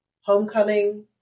Homecoming